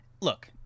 look